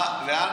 לאן